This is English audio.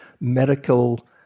medical